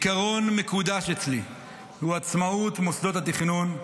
עיקרון מקודש אצלי הוא עצמאות מוסדות התכנון.